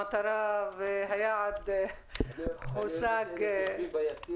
המטרה והיעד הוצגו.